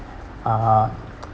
uh